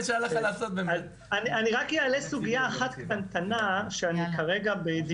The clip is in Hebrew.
רק אעלה סוגיה אחת קטנה שכרגע נמצאת